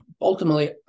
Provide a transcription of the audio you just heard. ultimately